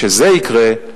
כשזה יקרה,